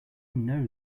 know